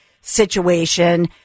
situation